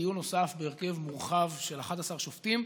דיון נוסף בהרכב מורחב של 11 שופטים,